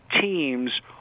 teams